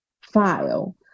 file